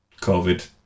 COVID